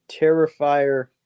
Terrifier